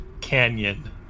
canyon